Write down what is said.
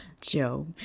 Joe